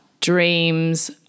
dreams